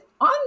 on